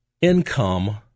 income